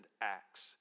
Acts